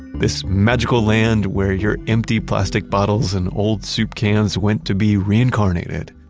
this magical land where your empty plastic bottles and old soup cans went to be reincarnated,